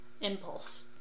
impulse